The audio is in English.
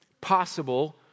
possible